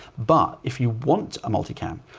but if you want a multi-cam,